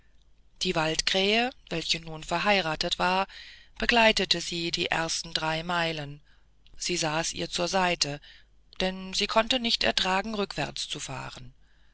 die waldkrähe welche nun verheiratet war begleitete sie die ersten drei meilen sie saß ihr zur seite denn sie konnte nicht ertragen rückwärts zu fahren